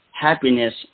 happiness